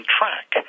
track